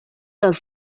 does